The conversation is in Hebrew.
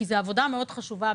זאת עבודה מאוד חשובה,